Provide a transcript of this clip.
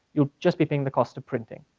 you'll just be paying the cost of printing.